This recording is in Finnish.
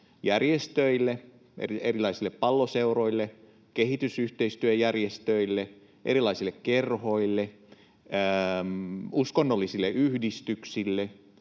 järjestöille, erilaisille palloseuroille, kehitysyhteistyöjärjestöille, erilaisille kerhoille tai uskonnollisille yhdistyksille.